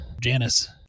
Janice